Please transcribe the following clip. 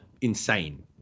insane